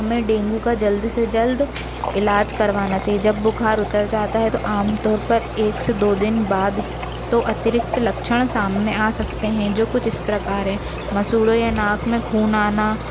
हमें डेंगू का जल्द से जल्द इलाज़ करवाना चाहिए जब बुखार उतर जाता है तो आमतौर पर एक से दो दिन बाद ही तो अतिरिक्त लक्षण सामने आ सकते हैं जो कुछ इस प्रकार हैं मसूढ़ों या नाक में खून आना